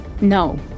No